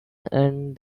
and